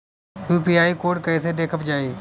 UPI code कैसे देखब बताई?